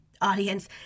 audience